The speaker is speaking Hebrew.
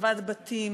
בקרבת בתים,